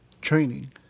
training